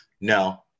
No